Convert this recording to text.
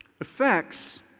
affects